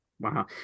wow